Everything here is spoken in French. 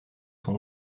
sont